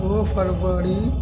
दू फरवरी